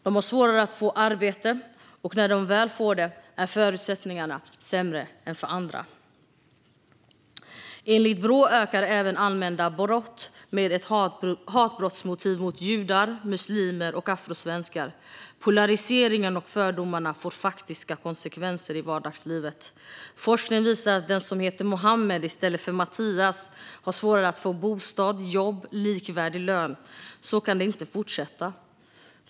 De har svårare att få arbete, och när de väl får det är förutsättningarna sämre än för andra. Enligt Brå ökar även anmälda brott med ett hatbrottsmotiv mot judar, muslimer och afrosvenskar. Polariseringen och fördomarna får faktiska konsekvenser i vardagslivet. Forskning visar att den som heter Mohammad i stället för Mattias har svårare att få bostad, jobb och likvärdig lön. Så kan det inte fortsätta.